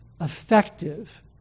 effective